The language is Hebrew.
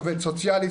עובד סוציאלי,